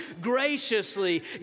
graciously